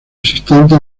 asistente